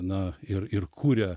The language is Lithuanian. na ir ir kuria